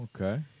Okay